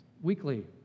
Weekly